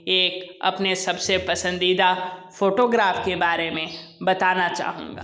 एक अपने सब से पसंदीदा फ़ोटोग्राफ के बारे में बताना चाहूँगा